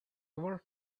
ever